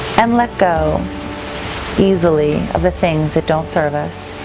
and let go easily of the things that don't serve us.